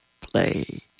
play